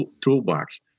toolbox